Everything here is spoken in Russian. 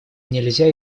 нельзя